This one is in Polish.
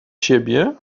siebie